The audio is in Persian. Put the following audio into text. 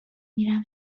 میرم